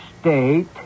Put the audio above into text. State